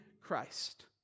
Christ